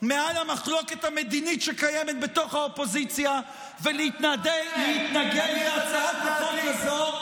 מעל המחלוקת המדינית שקיימת בתוך האופוזיציה ולהתנגד להצעת החוק הזאת,